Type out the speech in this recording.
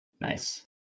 Nice